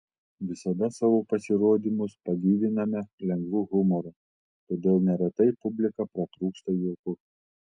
visada savo pasirodymus pagyviname lengvu humoru todėl neretai publika pratrūksta juoku